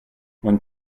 when